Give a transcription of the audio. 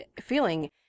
feeling